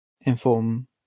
inform